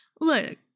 look